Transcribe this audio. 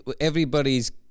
everybody's